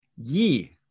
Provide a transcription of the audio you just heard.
Ye